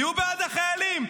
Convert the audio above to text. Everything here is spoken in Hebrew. תהיו בעד החיילים.